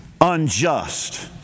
unjust